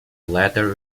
latter